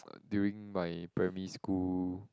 during my primary school